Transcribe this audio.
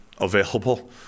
available